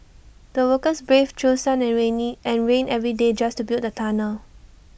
the workers braved through sun and rainy and rain every day just to build the tunnel